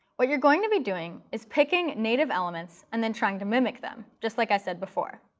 what you're going to be doing is picking native elements and then trying to mimic them, just like i said before.